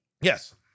Yes